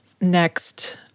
Next